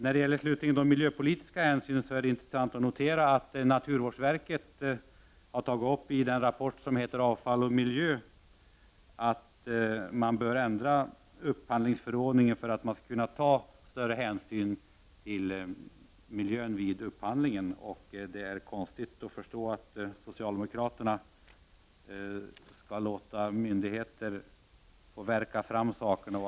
När det slutligen gäller de miljöpolitiska hänsynen är det intressant att notera att naturvårdsverket har tagit upp i den rapport som heter Avfall och miljö att man bör ändra upphandlingsförordningen för att kunna ta större hänsyn till miljön vid upphandlingen. Det är svårt att förstå att socialdemokraterna låter myndigheterna få så att säga värka fram sakerna.